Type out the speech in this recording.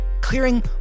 clearing